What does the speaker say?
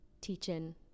teaching